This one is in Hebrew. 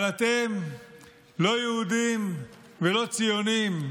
אבל אתם לא יהודים ולא ציונים,